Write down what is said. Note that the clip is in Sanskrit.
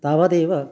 तावदेव